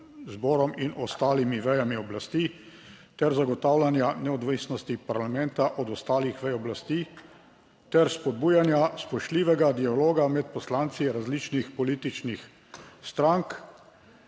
zborom in ostalimi vejami oblasti ter zagotavljanja neodvisnosti parlamenta od ostalih vej oblasti ter spodbujanja spoštljivega dialoga med poslanci različnih političnih strank